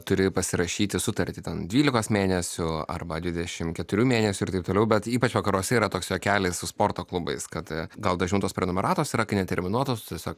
turi pasirašyti sutartį ten dvylikos mėnesių arba dvidešimt keturių mėnesių ir taip toliau bet ypač vakaruose yra toks juokelis su sporto klubais kad gal užimtos prenumeratos yra neterminuotos tiesiog